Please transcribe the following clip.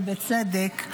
ובצדק,